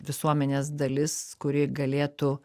visuomenės dalis kuri galėtų